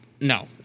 No